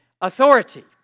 authority